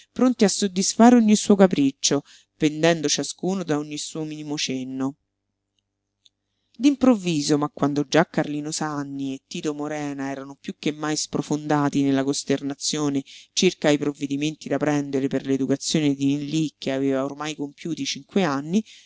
pronti a soddisfare ogni suo capriccio pendendo ciascuno da ogni suo minimo cenno d'improvviso ma quando già carlino sanni e tito morena erano piú che mai sprofondati nella costernazione circa ai provvedimenti da prendere per l'educazione di nillí che aveva ormai compiuti i cinque anni